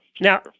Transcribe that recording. Now